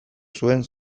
zuen